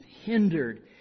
hindered